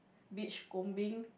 beach combing